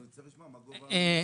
צריך לשמוע מה גובה הממוצע?